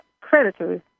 creditors